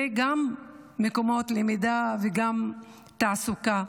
וגם למידה וגם תעסוקה.